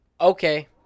Okay